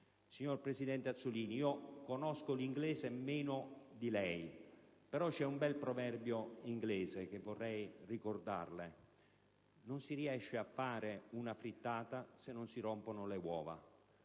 Paese. Presidente Azzollini, conosco l'inglese meno di lei. Però c'è un bel proverbio inglese che vorrei ricordarle: non si riesce a fare una frittata se non si rompono le uova.